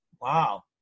Wow